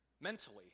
mentally